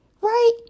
Right